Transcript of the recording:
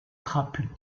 trapu